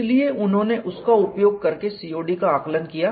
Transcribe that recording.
इसलिए उन्होंने उसका उपयोग करके COD का आकलन किया